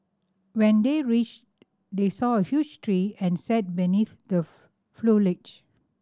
when they reached they saw a huge tree and sat beneath the foliage